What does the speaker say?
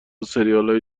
سریالهای